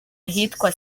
ahitwa